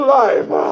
life